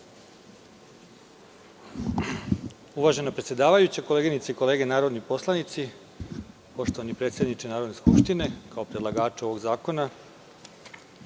Uvažena predsedavajuća, koleginice i kolege narodni poslanici, poštovani predsedniče Narodne skupštine kao predlagaču ovog zakona,